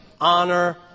honor